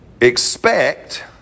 Expect